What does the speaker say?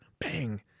bang